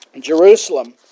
Jerusalem